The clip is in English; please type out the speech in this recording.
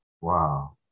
Wow